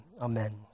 amen